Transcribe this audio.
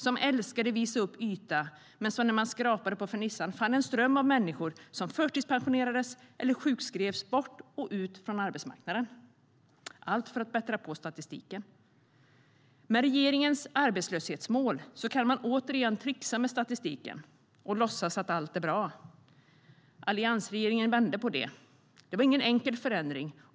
Den älskade att visa upp yta, men när vi skrapade på fernissan fann vi en ström av människor som förtidspensionerades eller sjukskrevs bort och ut från arbetsmarknaden - allt för att bättra på statistiken. Alliansregeringen vände på det, och det var ingen enkel förändring.